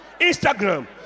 Instagram